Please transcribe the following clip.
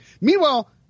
Meanwhile